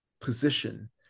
position